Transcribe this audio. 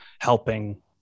helping